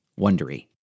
wondery